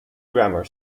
grammar